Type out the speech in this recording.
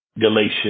Galatians